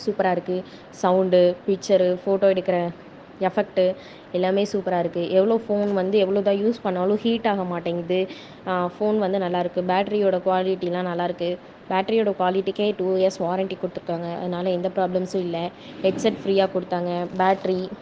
சூப்பராயிருக்கு sound picture photo எடுக்கிற effect எல்லாமே சூப்பராயிருக்கு எவ்வளோ ஃபோன் வந்து எவ்வளோ தான் யூஸ் பண்ணிணாலும் ஹீட் ஆக மாட்டேங்குது ஃபோன் வந்து நல்லாயிருக்கு பேட்டரியோட க்வாலிட்டிலாம் நல்லாயிருக்கு பேட்டரியோடய க்வாலிட்டிக்கே டூ இயர்ஸ் வாரன்டி கொடுத்துருக்காங்க அதனால் எந்த பிராப்ளம்ஸ் இல்லை ஹெட் செட் ஃப்ரீயாக கொடுத்தாங்க பேட்டரி